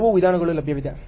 ಹಲವು ವಿಧಾನಗಳು ಲಭ್ಯವಿದೆ